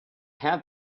had